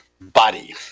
body